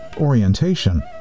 orientation